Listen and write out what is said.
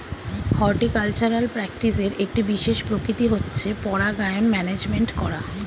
horticultural প্র্যাকটিসের একটি বিশেষ প্রকৃতি হচ্ছে পরাগায়ন ম্যানেজমেন্ট করা